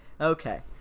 Okay